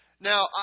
Now